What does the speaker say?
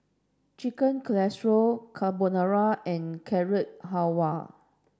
Chicken Casserole Carbonara and Carrot Halwa